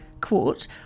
quote